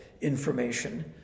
information